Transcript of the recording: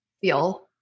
feel